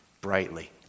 brightly